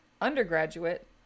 undergraduate